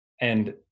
and-